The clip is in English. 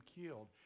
killed